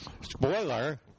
Spoiler